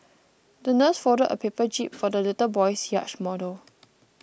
the nurse folded a paper jib for the little boy's yacht model